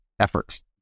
efforts